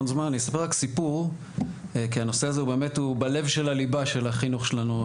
אספר רק סיפור שקצת קשור כי הנושא הזה הוא בלב ליבת החינוך שלנו,